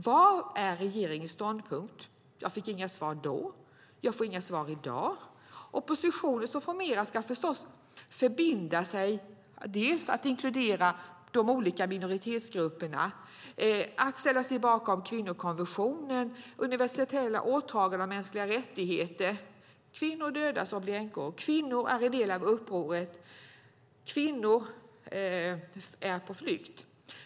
Vad är regeringens ståndpunkt? Jag fick inget svar då. Jag får inget svar i dag. Oppositionen som formeras ska förmås förbinda sig dels att inkludera de olika minoritetsgrupperna, dels att ställa sig bakom kvinnokonventionen och universella åtaganden om mänskliga rättigheter. Kvinnor dödas och blir änkor. Kvinnor är en del av upproret. Kvinnor är på flykt.